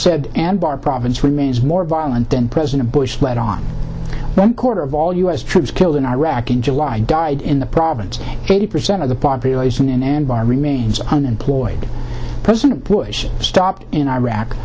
said and bar province remains more violent than president bush but on one quarter of all u s troops killed in iraq in july died in the province eighty percent of the population in anbar remains unemployed president bush stopped in iraq